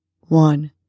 One